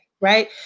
right